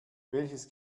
welches